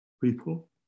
people